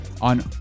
on